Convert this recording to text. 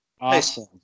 Awesome